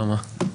למה?